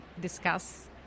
discuss